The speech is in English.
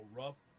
rough